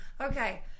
okay